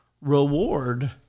reward